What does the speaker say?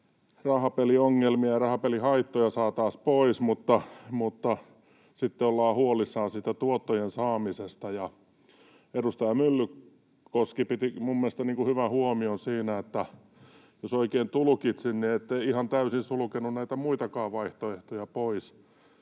rahapeliongelmia ja rahapelihaittoja saataisiin pois, mutta sitten ollaan huolissaan siitä tuottojen saamisesta. Edustaja Myllykoski teki minun mielestäni hyvän huomion. Jos oikein tulkitsin, niin ette ihan täysin sulkenut näitä muitakaan vaihtoehtoja pois.